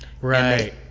Right